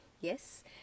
yes